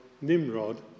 Nimrod